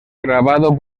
grabado